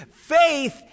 faith